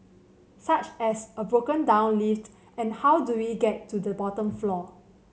such as a broken down lift and how do we get to the bottom floor